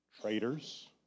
Traitors